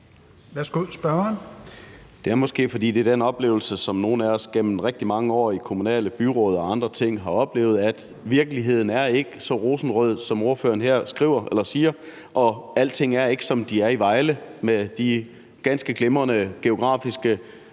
Det er måske, fordi det er det, som nogle af os gennem rigtig mange år i kommunale byråd og andre steder har oplevet – at virkeligheden ikke er så rosenrød, som ordføreren her siger, og at alting ikke er, som det er i Vejle med de ganske glimrende demografiske